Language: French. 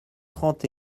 trente